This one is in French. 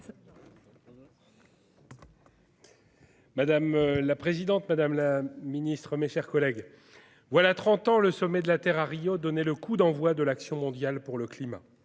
Madame la présidente, madame la secrétaire d'État, mes chers collègues, voilà trente ans, le sommet de la Terre à Rio donnait le coup d'envoi de l'action mondiale pour le climat.